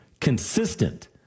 consistent